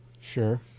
Sure